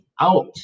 out